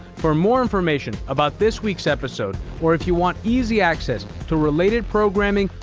for more information about this week's episode, or if you want easy access to related programming,